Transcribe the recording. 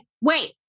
wait